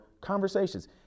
conversations